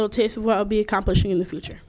little taste of well be accomplishing in the future